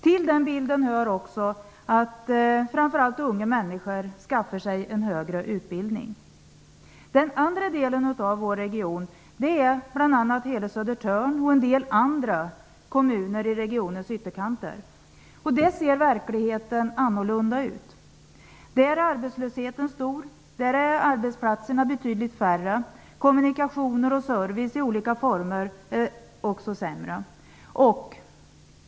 Till den bilden hör också att framför allt unga människor skaffar sig en högre utbildning. Den andra delen av vår region innefattar bl.a. hela Södertörn och en del andra kommuner i regionens ytterkanter. Där ser verkligheten annorlunda ut. Där är arbetslösheten stor. Där är arbetsplatserna betydligt färre. Kommunikationer och service i olika former är också sämre.